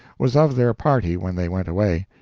was of their party when they went away.